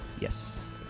Yes